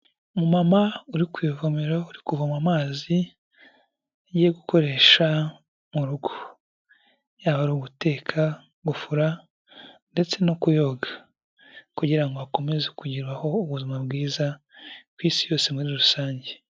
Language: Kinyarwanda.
Umumama uri ku ivomero uri kuvoma amazi ye gukoresha mu rugo, yaba ari uguteka, gufura, ndetse no kuyoga kugira ngo akomeze kugiraho ubuzima bwiza ku isi yose muri rusange.